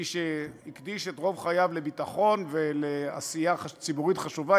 מי שהקדיש את רוב חייו לביטחון ולעשייה ציבורית חשובה,